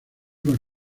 con